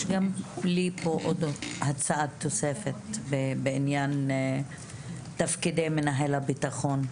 יש לי פה הצעה לתוספת בעניין תפקידי מנהל הביטחון.